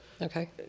okay